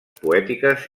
poètiques